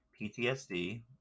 PTSD